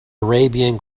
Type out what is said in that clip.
arabian